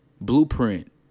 Blueprint